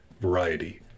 variety